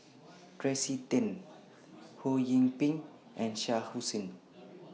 Tracey Tan Ho Yee Ping and Shah Hussain